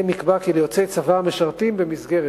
כן נקבע כי ליוצאי צבא המשרתים במסגרת